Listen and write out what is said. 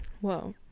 Whoa